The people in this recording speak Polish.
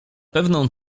pewną